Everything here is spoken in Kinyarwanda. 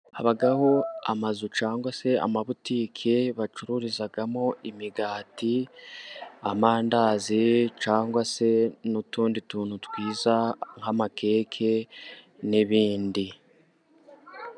Habaho amazu cyangwa se amabutike bacururizamo imigati, amandazi cyangwa se n'utundi tuntu twiza nk'amakeke n'ibindi.